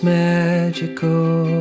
magical